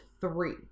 three